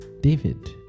David